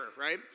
right